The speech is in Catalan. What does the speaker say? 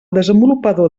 desenvolupador